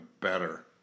better